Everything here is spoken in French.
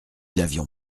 l’avion